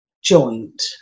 joint